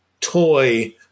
toy